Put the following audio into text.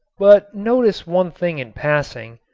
but notice one thing in passing,